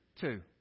Two